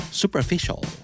superficial